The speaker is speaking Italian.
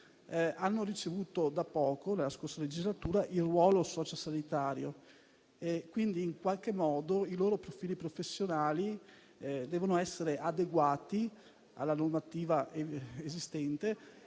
riconoscimento da poco, nella scorsa legislatura, del ruolo sociosanitario. Pertanto, in qualche modo i loro profili professionali devono essere adeguati alla normativa esistente